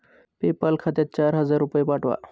PayPal खात्यात चार हजार रुपये पाठवा